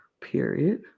Period